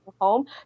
home